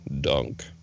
dunk